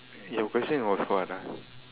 your question was for what ah